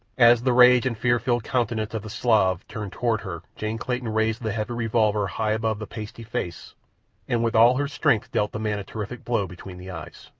as the rage and fear-filled countenance of the slav turned toward her jane clayton raised the heavy revolver high above the pasty face and with all her strength dealt the man a terrific blow between the eyes.